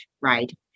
right